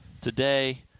Today